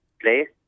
place